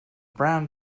brown